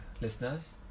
listeners